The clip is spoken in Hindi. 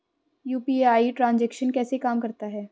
यू.पी.आई ट्रांजैक्शन कैसे काम करता है?